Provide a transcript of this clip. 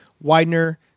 Widener